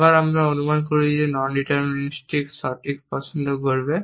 আবার আমরা অনুমান করি যে ননডিটারমিনিস্টিক সঠিক পছন্দ করবে